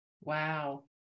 Wow